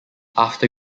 after